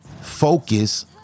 Focus